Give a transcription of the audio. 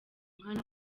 nkana